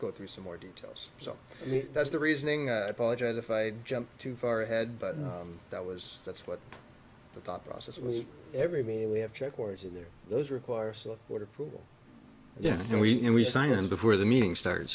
go through some more details so that's the reasoning i apologize if i jump too far ahead but that was that's what the thought process we everybody we have checkpoints in there those require so wonderful yes and we and we sign him before the meeting started